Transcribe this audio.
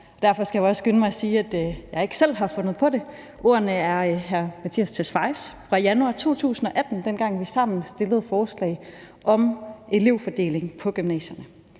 derfor skal jeg også skynde mig at sige, at jeg ikke selv har fundet på det. Ordene er hr. Mattias Tesfayes fra januar 2018, dengang vi sammen stillede et forslag om elevfordelingen på gymnasierne.